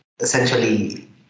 essentially